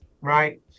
Right